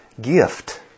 gift